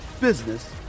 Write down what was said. business